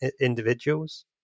individuals